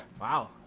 Wow